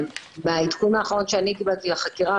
בעדכון האחרון שאני קיבלתי על החקירה,